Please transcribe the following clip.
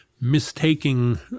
mistaking